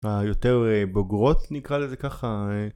היותר בוגרות נקרא לזה ככה